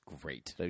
great